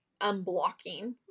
unblocking